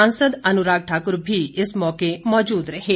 सांसद अनुराग ठाकुर भी इस मौके पर मौजूद थे